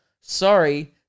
Sorry